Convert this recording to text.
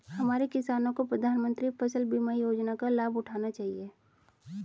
हमारे किसानों को प्रधानमंत्री फसल बीमा योजना का लाभ उठाना चाहिए